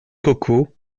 coco